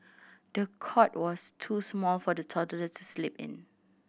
the cot was too small for the toddler to sleep in